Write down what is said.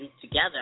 together